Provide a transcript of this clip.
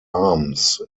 arms